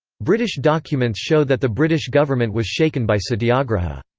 british documents show that the british government was shaken by satyagraha.